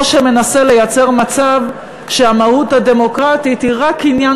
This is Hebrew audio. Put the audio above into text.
או שמנסה לייצר מצב שהמהות הדמוקרטית היא רק עניין